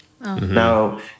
Now